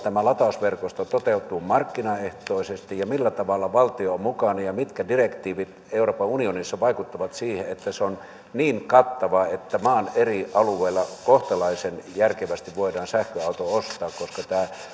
tämä latausverkosto toteutuu markkinaehtoisesti ja millä tavalla valtio on mukana mitkä direktiivit euroopan unionissa vaikuttavat siihen että se on niin kattava että maan eri alueilla kohtalaisen järkevästi voidaan sähköauto ostaa koska tämä